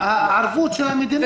ערבות של המדינה.